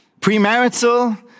premarital